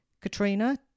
Katrina